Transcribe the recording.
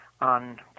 on